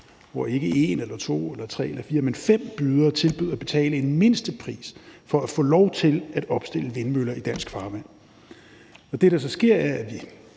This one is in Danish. hvor ikke en eller to eller tre eller fire, men fem bydere tilbød at betale en mindstepris for at få lov til at opstille vindmøller i dansk farvand. Og det, der så sker, er, at vi